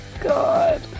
God